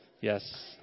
Yes